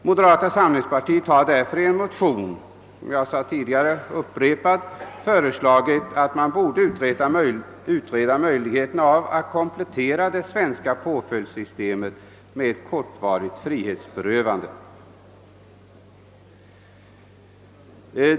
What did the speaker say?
Moderata samlingspartiet har därför i en motion, såsom jag tidigare sagt, föreslagit att man borde utreda möjligheterna att komplettera det svenska påföljdssystemet med ett kortvarigt frihetsberövande.